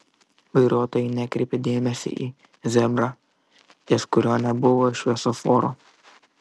vairuotojai nekreipė dėmesio į zebrą ties kuriuo nebuvo šviesoforo